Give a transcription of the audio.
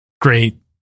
great